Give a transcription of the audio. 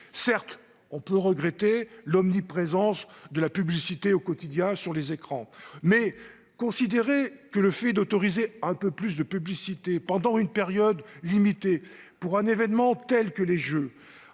Certes, on peut regretter l'omniprésence quotidienne de la publicité sur les écrans. Mais considérer qu'autoriser un peu plus de publicité, pendant une période limitée, pour un événement tel que les Jeux,